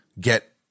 get